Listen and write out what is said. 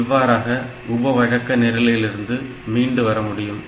இவ்வாறாக உப வழக்க நிரலிலிருந்து மீண்டு வரமுடியும்